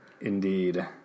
Indeed